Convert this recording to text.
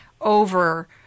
over